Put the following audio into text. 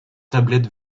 tablettes